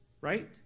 right